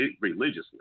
Religiously